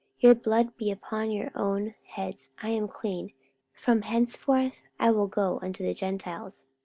your blood be upon your own heads i am clean from henceforth i will go unto the gentiles.